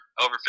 over